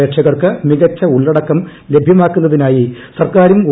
പ്രേക്ഷകർക്ക് മികച്ച ഉളളടക്കം ലഭ്യമാക്കുന്നതിനായി സർക്കാരും ഒ